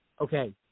okay